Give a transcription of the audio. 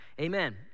Amen